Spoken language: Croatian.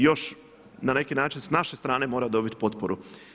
Još na neki način sa naše strane mora dobit potporu.